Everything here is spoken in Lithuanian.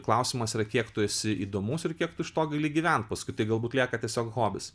klausimas yra kiek tu esi įdomus ir kiek tu iš to gali gyvent paskui tai galbūt lieka tiesiog hobis